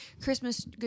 Christmas